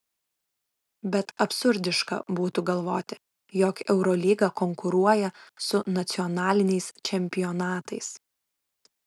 bet absurdiška būtų galvoti jog eurolyga konkuruoja su nacionaliniais čempionatais